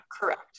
correct